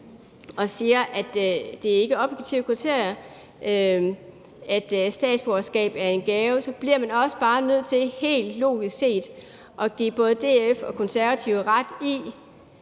og siger, at det ikke er objektive kriterier, og at et statsborgerskab er en gave, så bliver man også bare nødt til helt logisk set at give både DF og Konservative ret i,